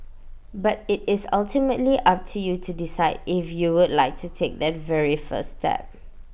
but IT is ultimately up to you to decide if you would like to take that very first step